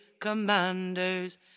commanders